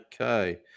Okay